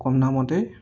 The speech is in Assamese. কম দামতে